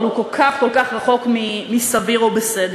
אבל הוא כל כך כל כך רחוק מסביר או בסדר.